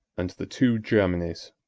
and the two germanies.